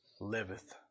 liveth